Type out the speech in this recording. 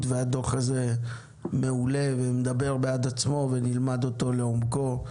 והדוח הזה מעולה ומדבר בעד עצמו ונלמד אותו לעומקו,